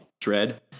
dread